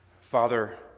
Father